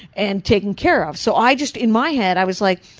and taken care of. so i just, in my head, i was like,